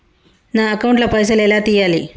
నా అకౌంట్ ల పైసల్ ఎలా తీయాలి?